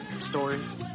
Stories